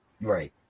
Right